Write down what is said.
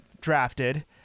drafted